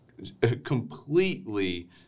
completely